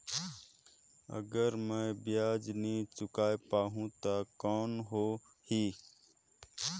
अगर मै ब्याज नी चुकाय पाहुं ता कौन हो ही?